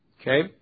Okay